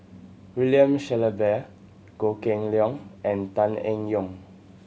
William Shellabear Goh Kheng Long and Tan Eng Yoon